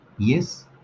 Yes